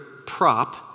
Prop